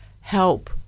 help